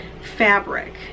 fabric